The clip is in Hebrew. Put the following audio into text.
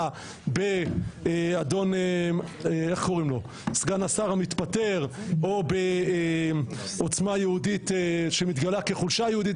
בסגן השר המתפטר או בעוצמה יהודית שמתגלה כחולשה יהודית.